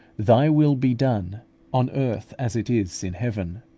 thy will be done on earth, as it is in heaven.